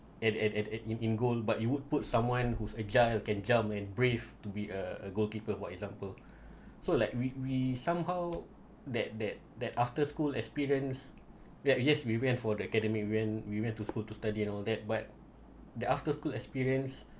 at at at at in in goll but you would put someone who's agile can jump and brave to be a goalkeeper for example so like we we somehow that that that after school experience that yes we went for the academic when we went to school to study and all that but the after school experience